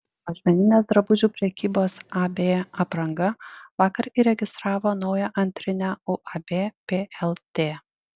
mažmeninės drabužių prekybos ab apranga vakar įregistravo naują antrinę uab plt